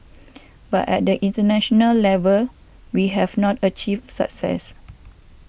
but at the international level we have not achieved success